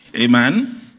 Amen